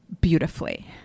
beautifully